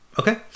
Okay